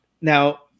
Now